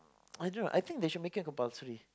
I don't know I think they should make it compulsory